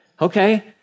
okay